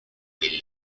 del